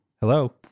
Hello